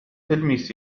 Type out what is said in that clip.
تلمس